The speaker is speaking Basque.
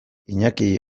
iñaki